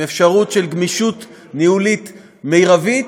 עם אפשרות של גמישות ניהולית מרבית.